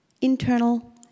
internal